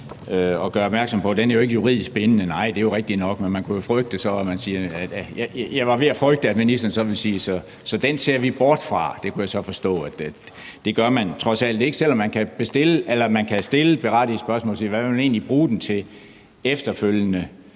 og gør opmærksom på, at den jo ikke er juridisk bindende. Nej, det er rigtigt nok, og jeg var så ved at frygte, at ministeren ville sige, at den ser vi bort fra. Men jeg kunne så forstå, at det gør man trods alt ikke, selv om man kan stille det berettigede spørgsmål om, hvad man egentlig vil bruge den til efterfølgende,